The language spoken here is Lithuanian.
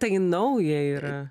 tai nauja yra